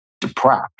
Depressed